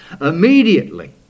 immediately